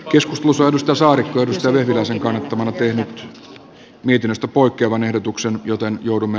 jos museo mustasaari musta vehviläisen kannattamana tehnyt mietinnöstä poikkeavan ehdotuksen joten joudumme